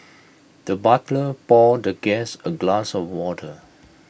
the butler poured the guest A glass of water